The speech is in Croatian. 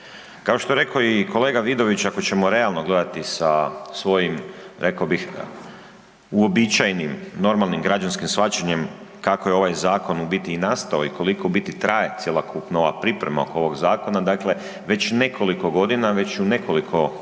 Kao što je rekao i kolega Vidović ako ćemo realno gledati sa svojim rekao bih uobičajenim normalnim građanskim shvaćanjem kako je ovaj zakon u biti i nastao i koliko u biti traje cjelokupno ova priprema oko ovog zakona, dakle već nekoliko godina, već u nekoliko nizova